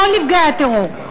כל נפגעי הטרור.